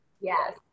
Yes